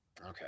Okay